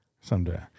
Someday